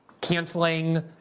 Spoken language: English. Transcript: canceling